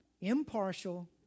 Impartial